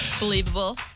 believable